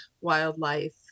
wildlife